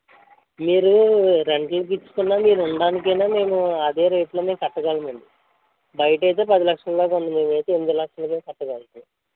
మీరు రెంట్లకి ఇచ్చుకున్నా మీరు ఉండడానికైనా మేము అదే రేట్లోనే కట్టగలమండి బయటైతే పది లక్షల దాకా ఉంది మేమైతే ఎనిమిది లక్షలకే కట్టగలుగుతాం